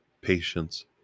patience